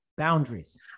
Boundaries